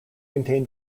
contain